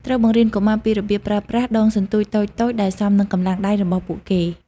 ត្រូវបង្រៀនកុមារពីរបៀបប្រើប្រាស់ ដងសន្ទូច តូចៗដែលសមនឹងកម្លាំងដៃរបស់ពួកគេ។